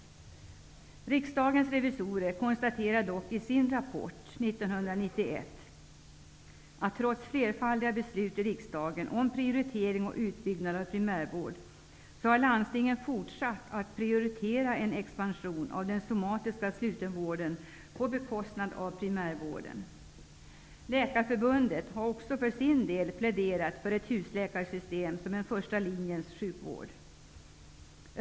Riksdagens revisorer konstaterade dock i sin rapport 1991, att trots flerfaldiga beslut i riksdagen om prioritering och utbyggnad av primärvården, har landstingen fortsatt att prioritera en expansion av den somatiska slutenvården på bekostnad av primärvården. Läkarförbundet har också pläderat för ett husläkarsystem som en första linjens sjukvård.